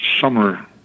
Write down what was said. summer –